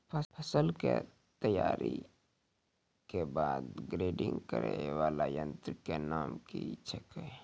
फसल के तैयारी के बाद ग्रेडिंग करै वाला यंत्र के नाम की छेकै?